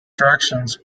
directions